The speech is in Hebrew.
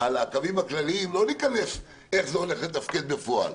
על הקווים הכלליים לא ניכנס איך זה הולך לתפקד בפועל.